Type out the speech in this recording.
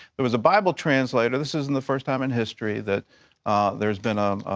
there was a bible translator. this isn't the first time in history that there has been a